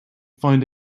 find